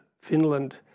finland